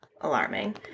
alarming